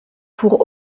pour